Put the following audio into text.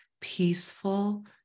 peaceful